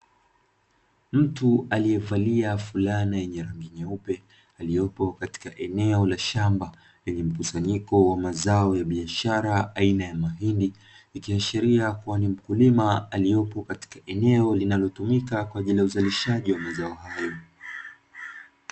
Mtu aliyevalia fulana yenye rangi nyeupe, aliyepo katika eneo la shamba lenye mkusanyiko wa mazao ya biashara aina ya mahindi, ikiashiria kuwa ni mkulima aliyepo katika eneo linalotumika kwa ajili ya uzalishaji wa mazao hayo.